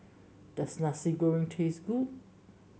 does Nasi Goreng taste good